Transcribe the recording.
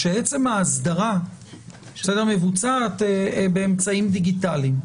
שעצם האסדרה מבוצעת באמצעים דיגיטליים.